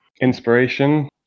inspiration